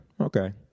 okay